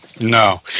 No